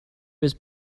was